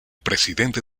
presidente